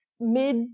mid